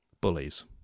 bullies